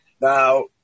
Now